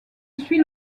suit